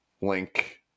link